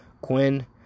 Quinn